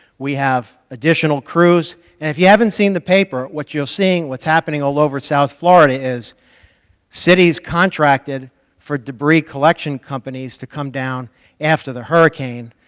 we have additional crews, and if you haven't seen the paper, what you're seeing what's happening all over south florida is cities contracted for debris collection companies to come down after the hurricane,